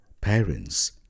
parents